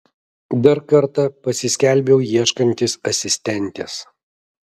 dar kartą pasiskelbiau ieškantis asistentės